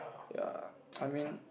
ya I mean